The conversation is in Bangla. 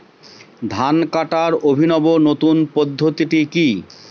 ধান কাটার অভিনব নতুন পদ্ধতিটি কি?